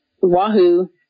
Wahoo